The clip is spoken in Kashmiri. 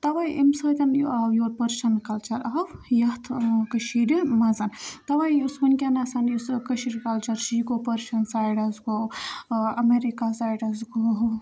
تَوَے امہِ سۭتۍ یہِ آو یوٗر پٔرشَن کَلچَر آو یَتھ ٲں کٔشیٖرِ منٛز تَوَے یُس وُنکیٚس یُس کشیٖر کَلچَر چھُ یہِ گوٚو پٔرشَن سایڈَس گوٚو ٲں اَمَریکہ سایڈَس گوٚو